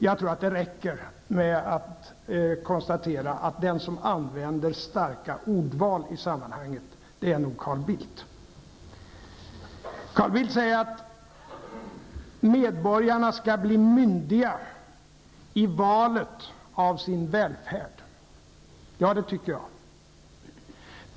Jag tror att det räcker med att konstatera att den som använder starka ord i sammanhanget är nog Carl Bildt. Carl Bildt säger att medborgarna skall bli myndiga i valet av sin välfärd. Ja, det tycker jag.